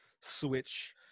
Switch